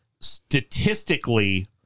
statistically